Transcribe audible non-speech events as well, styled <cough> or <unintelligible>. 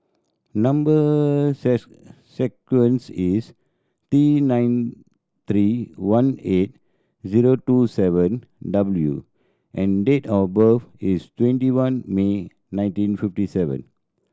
number <unintelligible> sequence is T nine three one eight zero two seven W and date of birth is twenty one May nineteen fifty seven